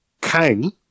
Kang